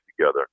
together